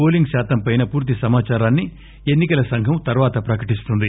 polling శాతం పైన పూర్తి సమాచారాన్ని ఎన్ని కల సంఘం తర్వాత ప్రకటిస్తుంది